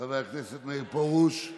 חבר הכנסת מאיר פרוש,